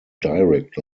direct